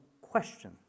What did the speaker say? question